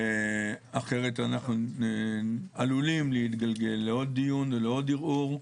אחרת אנחנו עלולים להתגלגל לעוד דיון ולעוד ערעור.